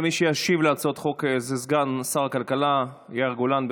מי שישיב על הצעות החוק האלה הוא סגן שר הכלכלה יאיר גולן.